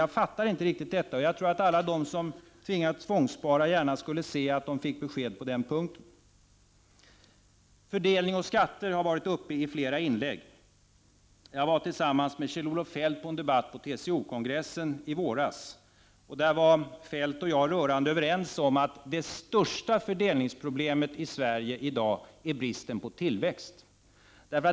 Jag fattar inte riktigt detta, och jag tror att alla de som tvingas tvångsspara gärna skulle se att de fick besked på den punkten. Fördelning och skatter har berörts i flera inlägg. Jag deltog tillsammans med Kjell-Olof Feldt i en debatt på TCO-kongressen i våras. Där var Kjell Olof Feldt och jag rörande överens om att det största fördelningsproblemet i Sverige i dag är bristen på tillväxt.